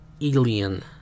alien